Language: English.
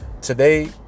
Today